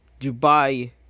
Dubai